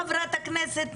חברת הכנסת,